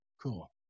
cool